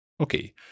Okay